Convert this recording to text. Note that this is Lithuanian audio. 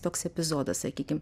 toks epizodas sakykim